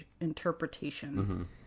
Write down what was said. interpretation